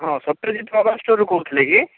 ହଁ ସତ୍ୟଜିତ ମୋବାଇଲ୍ ଷ୍ଟୋରରୁ କହୁଥିଲେ କି